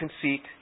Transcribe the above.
conceit